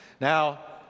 Now